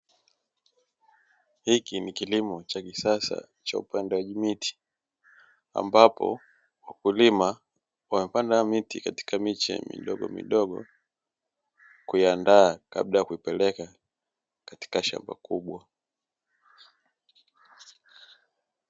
Hiki ni kilimo cha kisasa cha upandaji miti, ambapo wakulima wamepanda miti katika miche midogomidogo kuiandaa kabla ya kuipeleka katika shamba kubwa.